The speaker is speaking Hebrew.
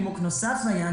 ונימוק נוסף היה,